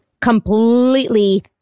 completely